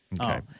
Okay